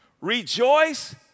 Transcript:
rejoice